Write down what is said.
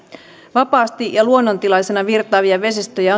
vapaasti ja luonnontilaisena virtaavia vesistöjä